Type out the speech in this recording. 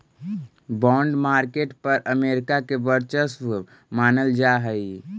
bond market पर America के वर्चस्व मानल जा हइ